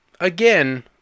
again